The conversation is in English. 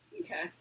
Okay